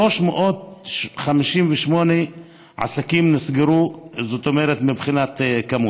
358 עסקים נסגרו, מבחינת מספר.